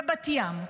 בבת ים,